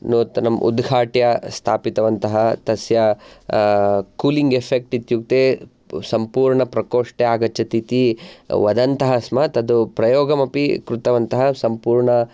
नूतनम् उद्घाट्य स्थापितवन्तः तस्य कूलिङ् एफेक्ट् इत्युक्ते सम्पूर्णप्रकोष्ठे आगच्छतीति वदन्तः स्मः तद् प्रयोगमपि कृतवन्तः सम्पूर्ण